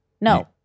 No